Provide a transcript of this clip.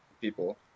people